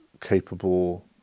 capable